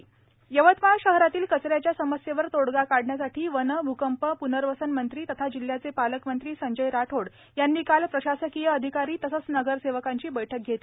घनकचरा यवतमाळ शहरातील कच याच्या समस्येवर तोडगा काढण्यासाठी वने भ्रुंकंप प्नर्वसन मंत्री तथा जिल्ह्याचे पालकमंत्री संजय राठोड यांनी काल प्रशासकीय अधिकारी तसेच नगरसेवकांची बैठक घेतली